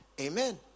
Amen